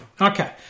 Okay